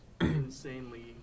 insanely